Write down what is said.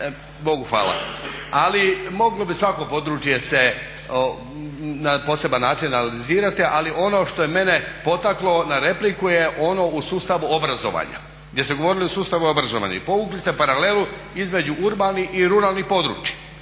Bogu hvala. Ali moglo bi svako područje se na poseban način analizirati, ali ono što je mene potaklo na repliku je ono u sustavu obrazovanja gdje ste govorili o sustavu obrazovanja i povukli ste paralelu između urbanih i ruralnih područja.